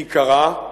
בעיקרה,